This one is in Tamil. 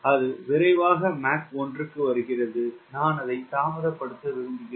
அது விரைவாக மாக் 1 க்கு வருகிறது நான் அதை தாமதப்படுத்த விரும்புகிறேன்